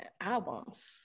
Albums